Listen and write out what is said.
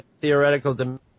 theoretical